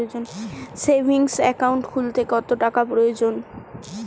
Savings account খুলতে কত টাকার প্রয়োজন?